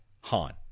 Han